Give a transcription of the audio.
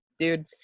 Dude